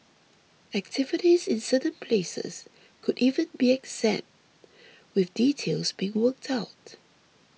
activities in certain places could even be exempt with details being worked out